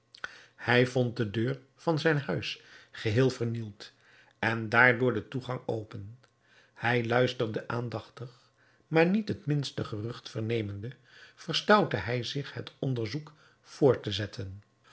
hij vond de deur van zijn huis geheel vernield en daardoor den toegang open hij luisterde aandachtig maar niet het minste gerucht vernemende verstoutte hij zich het onderzoek voort te zetten